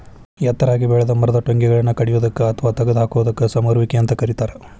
ಎತ್ತರಾಗಿ ಬೆಳೆದ ಮರದ ಟೊಂಗಿಗಳನ್ನ ಕಡಿಯೋದಕ್ಕ ಅತ್ವಾ ತಗದ ಹಾಕೋದಕ್ಕ ಸಮರುವಿಕೆ ಅಂತ ಕರೇತಾರ